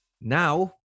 Now